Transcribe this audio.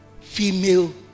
female